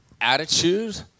attitude